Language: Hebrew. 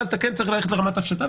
ואז אתה צריך ללכת לרמת הפשטה.